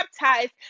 baptized